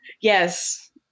Yes